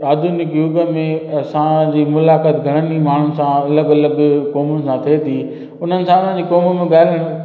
शादियुनि जे मौक़नि में असांजी मुलाकात घणनि ई माण्हुनि सां अलॻि अलॻि क़ौमुनि सां थिए थी उन्हनि सां वरी क़ौम में ॻाल्हाइण